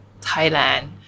Thailand